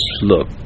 look